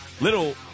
little